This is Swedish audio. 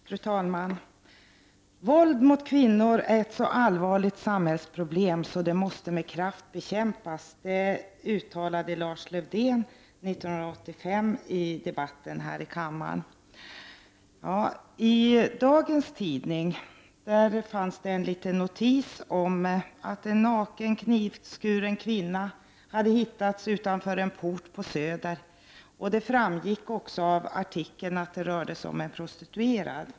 Fru talman! Våld mot kvinnor är ett så allvarligt samhällsproblem att det måste med kraft bekämpas — det uttalade Lars-Erik Lövdén i debatten här i kammaren 1985. I dagens tidning fanns det en liten notis om att en naken, knivskuren kvinna hade hittats utanför en port på Söder. Av texten framgick också att det rörde sig om en prostituerad.